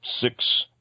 six